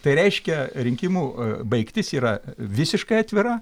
tai reiškia rinkimų baigtis yra visiškai atvira